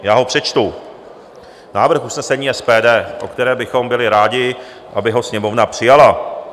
Já ho přečtu, návrh usnesení SPD, které bychom byli rádi, aby ho Sněmovna přijala.